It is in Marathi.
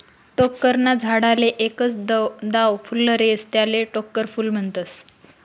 टोक्कर ना झाडले एकच दाव फुल्लर येस त्याले टोक्कर फूल म्हनतस